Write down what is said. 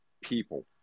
people